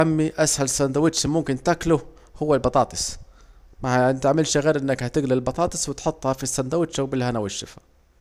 يا واد عمي أسهل ساندوتش ممكن تاكله هو البطاطس، متعملش غير انك تجلي البطاطس وتحطها في الساندونش وبالهنا والشفا